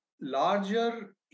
larger